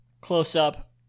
close-up